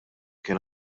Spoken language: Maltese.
kien